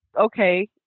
okay